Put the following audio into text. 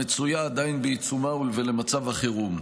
המצויה עדיין בעיצומה, ולמצב החירום.